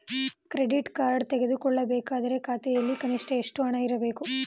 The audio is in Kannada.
ಕ್ರೆಡಿಟ್ ಕಾರ್ಡ್ ತೆಗೆದುಕೊಳ್ಳಬೇಕಾದರೆ ಖಾತೆಯಲ್ಲಿ ಕನಿಷ್ಠ ಎಷ್ಟು ಹಣ ಇರಬೇಕು?